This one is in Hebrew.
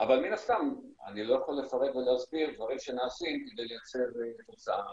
אבל מן הסתם אני לא יכול לפרט ולהסביר דברים שנעשים כדי לייצר תוצאה.